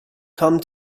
come